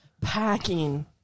Packing